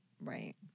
Right